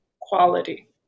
quality